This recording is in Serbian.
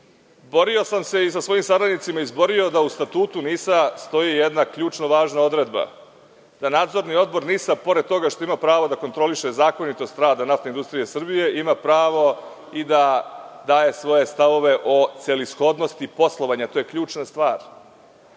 sam se i sa svojim saradnicima izborio da u statutu NIS-a stoji jedna ključno važna odredba, da Nadzorni odbor NIS-a, pored toga što ima pravo da kontroliše zakonitost rada NIS, ima pravo i da daje svoje stavove o celishodnosti poslovanja. To je ključna stvar.